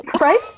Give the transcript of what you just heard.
Right